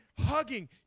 hugging